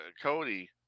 Cody